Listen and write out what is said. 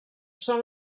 són